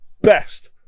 best